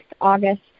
August